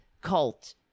cult